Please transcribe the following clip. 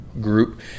group